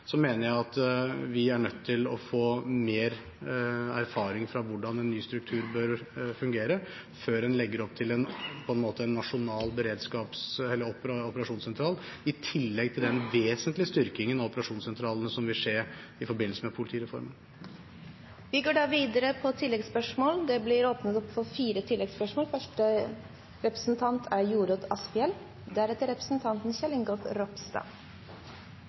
mener jeg at vi er nødt til å få mer erfaring fra hvordan en ny struktur bør fungere, før en på en måte legger opp til en nasjonal operasjonssentral, i tillegg til den vesentlige styrkingen av operasjonssentralene som vil skje i forbindelse med politireformen. Det blir fire oppfølgingsspørsmål – først Jorodd Asphjell. Når jeg hører justisministeren, er det